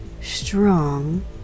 strong